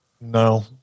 No